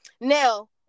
Now